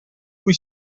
cui